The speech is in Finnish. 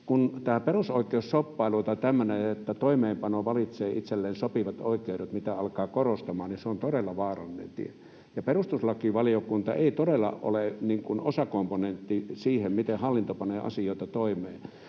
Tämä perusoikeusshoppailu tai tämmöinen, että toimeenpano valitsee itselleen sopivat oikeudet, mitä alkaa korostamaan, on todella vaarallinen tie. Ja perustuslakivaliokunta ei todella ole osakomponentti siinä, miten hallinto panee asioita toimeen.